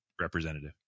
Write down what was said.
representative